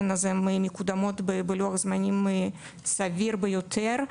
אז הם מקודמות בלוח זמנים סביר ביותר,